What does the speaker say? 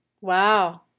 Wow